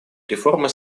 реформа